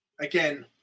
Again